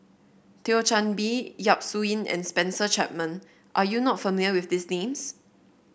Thio Chan Bee Yap Su Yin and Spencer Chapman are you not familiar with these names